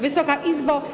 Wysoka Izbo!